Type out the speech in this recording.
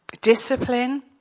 discipline